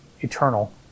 eternal